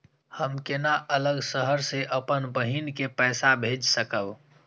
हम केना अलग शहर से अपन बहिन के पैसा भेज सकब?